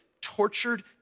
tortured